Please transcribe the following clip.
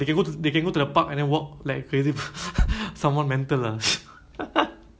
but the device is uh quite mahal kan I think thousands right